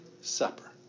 supper